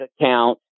account